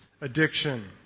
addiction